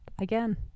again